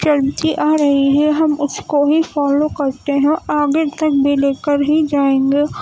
چلتی آ رہی ہے ہم اس کو ہی فالو کرتے ہیں اور آگے تک بھی لے کر ہی جائیں گے